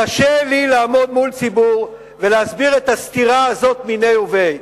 קשה לי לעמוד מול ציבור ולהסביר את הסתירה הזאת מיניה וביה.